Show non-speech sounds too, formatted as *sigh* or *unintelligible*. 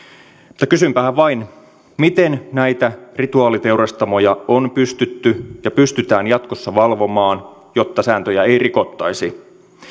mutta kysynpähän vain *unintelligible* miten näitä rituaaliteurastamoja on pystytty *unintelligible* ja pystytään jatkossa valvomaan jotta sääntöjä ei rikottaisi